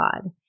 God